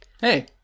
Hey